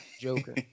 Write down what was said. Joker